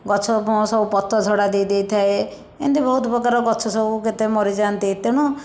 ଗଛ ବଂଶ ସବୁ ପତ୍ରଝଡ଼ା ଦେଇ ଦେଇଥାଏ ଏମିତି ବହୁତ ପ୍ରକାର ଗଛ ସବୁ କେତେ ମରି ଯାଆନ୍ତି ତେଣୁ